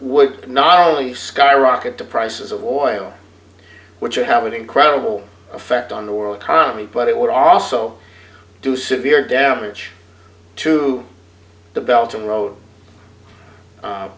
would not only skyrocket the prices of oil which you have an incredible effect on the world economy but it would also do severe damage to the belt and road